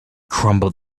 crumble